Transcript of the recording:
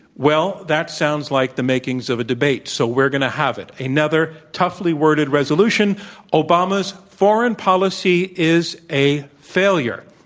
well, that sounds like a makings of a debate, so we're going to have it. another toughly worded resolution obama's foreign policy is a failure,